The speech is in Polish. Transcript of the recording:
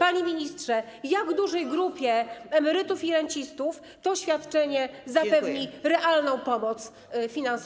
Panie ministrze, jak dużej grupie emerytów i rencistów to świadczenie zapewni realną pomoc finansową?